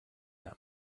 them